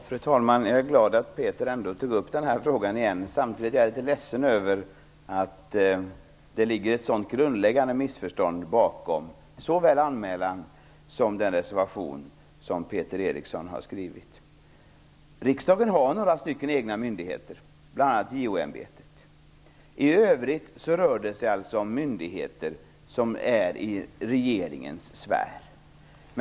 Fru talman! Jag är glad att Peter Eriksson tog upp den här frågan igen. Samtidigt är jag litet ledsen över att det ligger ett så grundläggande missförstånd bakom såväl anmälningen som den reservation som Peter Eriksson har skrivit. Riksdagen har några egna myndigheter, bl.a. JO ämbetet. I övrigt rör det sig om myndigheter inom regeringens sfär.